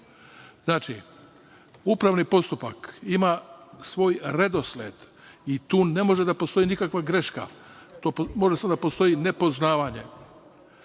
Znači, upravni postupak ima svoj redosled i tu ne može da postoji nikakva greška, tu može samo da postoji nepoznavanje. Sledeće,